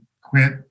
quit